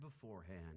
beforehand